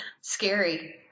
Scary